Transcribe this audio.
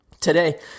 Today